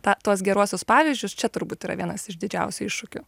tą tuos geruosius pavyzdžius čia turbūt yra vienas iš didžiausių iššūkių